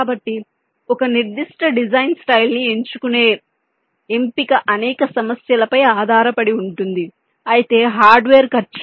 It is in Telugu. కాబట్టి ఒక నిర్దిష్ట డిజైన్ స్టైల్ ని ఎంచుకునే ఎంపిక అనేక సమస్యలపై ఆధారపడి ఉంటుంది అయితే హార్డ్వేర్ ఖర్చు